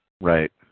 Right